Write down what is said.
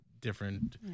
different